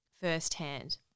firsthand